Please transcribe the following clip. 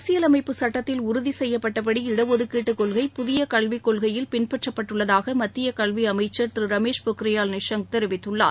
அரசியலமைப்புச் சட்டத்தில் உறுதி செய்யப்பட்டபடி இட ஒதுக்கீட்டுக் கொள்கை புதிய கல்வி கொள்கையில் பின்பற்றப்பட்டுள்ளதாக மத்திய கல்வி அமைச்சர் திரு ரமேஷ் பொக்ரியால் நிஷாங்க் தெரிவித்துள்ளார்